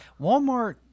Walmart